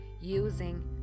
using